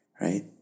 Right